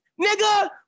nigga